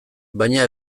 baina